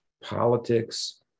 politics